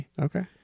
okay